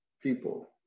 people